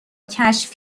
کشف